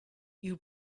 you